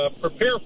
prepare